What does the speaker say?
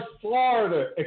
Florida